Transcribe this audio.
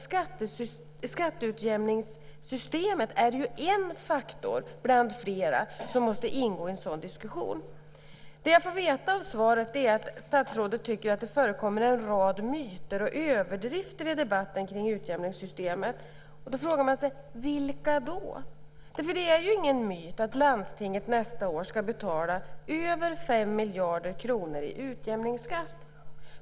Skatteutjämningssystemet är en faktor bland flera som måste ingå i en sådan diskussion. Det jag får veta i svaret är att statsrådet tycker att det förekommer en rad myter och överdrifter i debatten kring utjämningssystemet. Då frågar man sig: Vilka då? Det är ingen myt att landstinget nästa år ska betala över 5 miljarder kronor i utjämningsskatt.